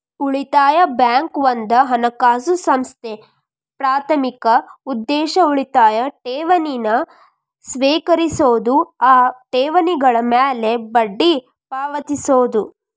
ಉಳಿತಾಯ ಬ್ಯಾಂಕ್ ಒಂದ ಹಣಕಾಸು ಸಂಸ್ಥೆ ಪ್ರಾಥಮಿಕ ಉದ್ದೇಶ ಉಳಿತಾಯ ಠೇವಣಿನ ಸ್ವೇಕರಿಸೋದು ಆ ಠೇವಣಿಗಳ ಮ್ಯಾಲೆ ಬಡ್ಡಿ ಪಾವತಿಸೋದು